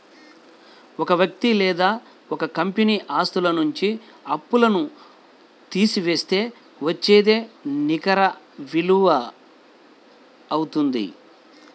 ఒక వ్యక్తి లేదా ఒక కంపెనీ ఆస్తుల నుంచి అప్పులను తీసివేస్తే వచ్చేదే నికర విలువ అవుతుంది